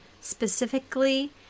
Specifically